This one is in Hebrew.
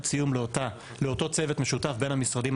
סיום לאותו צוות משותף בין המשרדים,